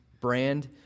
brand